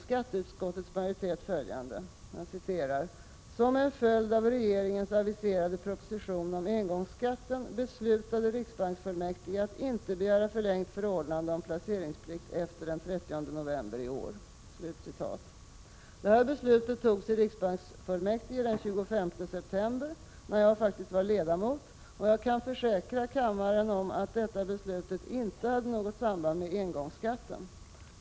Skatteutskottets majoritet skriver nämligen följande: ”Som en följd av regeringens aviserade proposition om engångsskatten beslutade riksbanksfullmäktige att inte begära förlängt förordnande om placeringsplikt efter den 30 november i år.” Det här beslutet togs i riksbanksfullmäktige den 25 september. Jag var faktiskt med som ledamot, och jag kan försäkra kammaren att detta beslut inte hade något samband med engångsskatten.